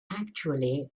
actually